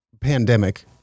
Pandemic